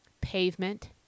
pavement